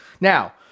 Now